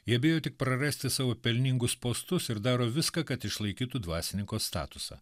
jie bijo tik prarasti savo pelningus postus ir daro viską kad išlaikytų dvasininko statusą